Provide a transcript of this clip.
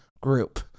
group